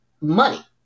money